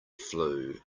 flue